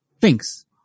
Thanks